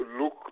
look